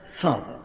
Father